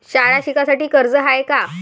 शाळा शिकासाठी कर्ज हाय का?